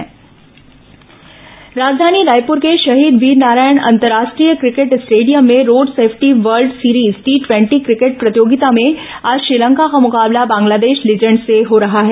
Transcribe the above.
road safety cricket tournament राजधानी रायपुर के शहीद वीरनारायण अंतर्राष्ट्रीय क्रिकेट स्टेडियम में road safety world series T ट्वेटी क्रिकेट प्रतियोगिता में आज श्रीलंका का मुकाबला बांग्लादेश लीजेंड्स से हो रहा है